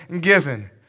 given